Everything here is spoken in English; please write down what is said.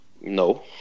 No